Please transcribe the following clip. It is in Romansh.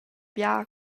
bia